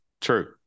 True